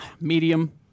Medium